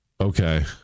Okay